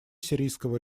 сирийского